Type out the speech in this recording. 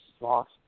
Lost